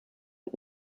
und